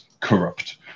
corrupt